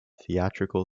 theatrical